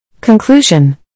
Conclusion